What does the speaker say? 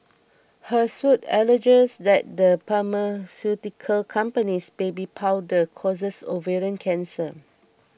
her suit alleges that the pharmaceutical company's baby powder causes ovarian cancer